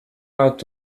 laat